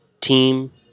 team